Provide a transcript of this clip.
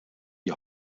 die